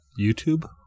YouTube